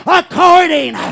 according